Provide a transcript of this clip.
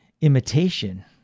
imitation